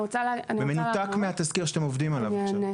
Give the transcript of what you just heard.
זה מנותק מהתזכיר שאתם עובדים עליו עכשיו.